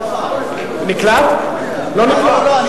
אי-אפשר להוסיף,